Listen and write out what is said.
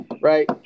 right